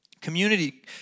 Community